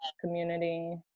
community